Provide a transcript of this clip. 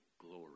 Glory